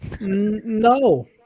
no